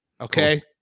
Okay